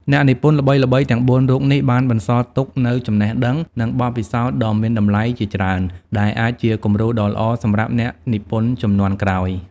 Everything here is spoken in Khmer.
អ្នកនិពន្ធល្បីៗទាំងបួនរូបនេះបានបន្សល់ទុកនូវចំណេះដឹង និងបទពិសោធន៍ដ៏មានតម្លៃជាច្រើន ដែលអាចជាគំរូដ៏ល្អសម្រាប់អ្នកនិពន្ធជំនាន់ក្រោយ។